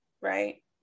right